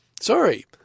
sorry